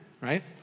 right